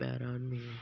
ਪੈਰਾਂ ਨੂੰ